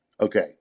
Okay